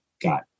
got